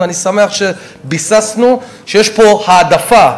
ואני שמח שביססנו שיש פה העדפה,